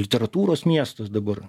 literatūros miestas dabar